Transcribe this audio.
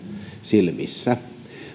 silmissä